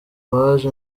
waje